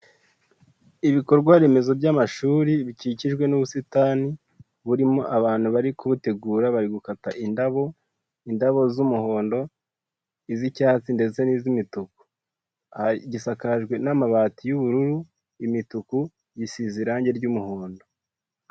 Ibikorwa remezo by'amashuri bikikijwe n'ubusitani, burimo abantu bari kubutegura bari gukata indabo, indabo z'umuhondo, iz'icyatsi ndetse n'iz'imituku, gisakajwe n'amabati y'ubururu, imituku gisize irangi ry'umuhondo.